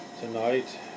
tonight